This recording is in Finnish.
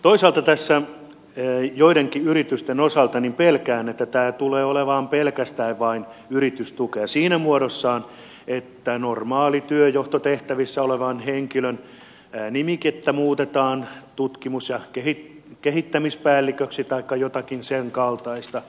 toisaalta tässä joidenkin yritysten osalta pelkään että tämä tulee olemaan pelkästään vain yritystukea siinä muodossa että normaaleissa työnjohtotehtävissä olevan henkilön nimikettä muutetaan tutkimus ja kehittämispäälliköksi taikka jotakin sen kaltaista